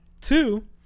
two